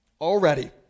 already